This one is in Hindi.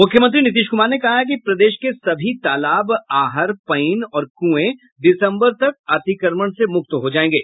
मुख्यमंत्री नीतीश कुमार ने कहा है कि प्रदेश के सभी तालाब आहर पइन और कुएं दिसंबर तक अतिक्रमण से मुक्त हो जायेंगे